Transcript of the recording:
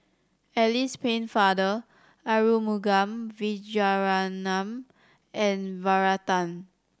Alice Pennefather Arumugam Vijiaratnam and Varathan